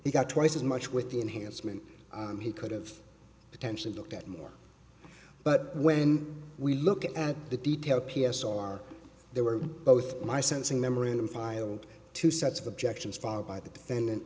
he got twice as much with the enhancement he could've potentially looked at more but when we look at the detail p s r there were both my sensing memorandum filed two sets of objections followed by the defendant